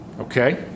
okay